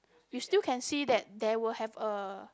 you still can see that there will have a